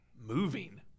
moving